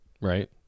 Right